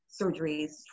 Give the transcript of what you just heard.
surgeries